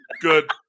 good